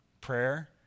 Prayer